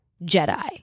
Jedi